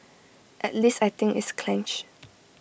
at least I think it's clench